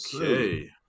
Okay